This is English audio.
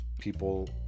people